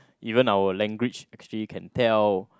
even our language actually can tell